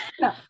no